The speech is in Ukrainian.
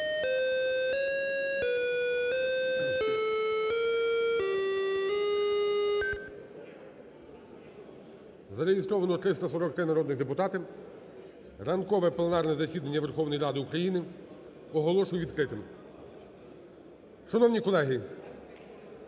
Зареєстровано 343 народні депутати. Ранкове пленарне засідання Верховної Ради України оголошую відкритим. Шановні колеги,